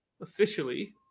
officially